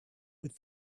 with